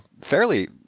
fairly